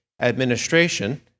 administration